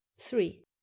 three